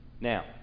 Now